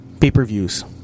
pay-per-views